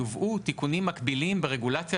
יובאו תיקונים מקבילים ברגולציה,